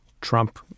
Trump